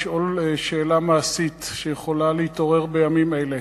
לשאול שאלה מעשית שיכולה להתעורר בימים אלה.